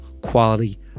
quality